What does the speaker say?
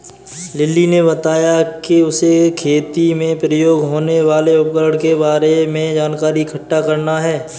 lily ने बताया कि उसे खेती में प्रयोग होने वाले उपकरण के बारे में जानकारी इकट्ठा करना है